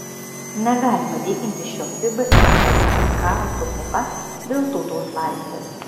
negalima lyginti šio fiba ir eurolygos karo su kova dėl tautos laisvės